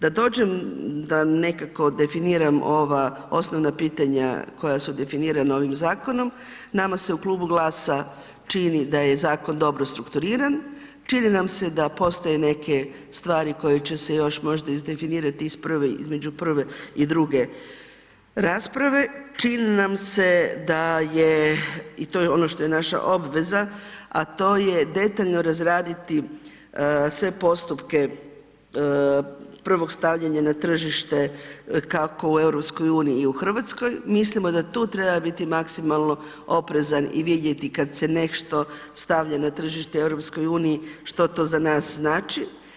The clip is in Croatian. Da dođem, da nekako definiram ova osnovna pitanja koja su definirana ovim zakonom, nama se u Klubu GLAS-a čini da je zakon dobro strukturiran, čini nam se da postoje neke stvari koje će se još možda izdefinirati između prve i druge rasprave, čini nam se da je, i to je ono što je naša obveza, a to je detaljno razraditi sve postupke prvog stavljanja na tržište kako u EU i u RH, mislimo da tu treba biti maksimalno oprezan i vidjeti kad se nešto stavlja na tržište EU što to za nas znači.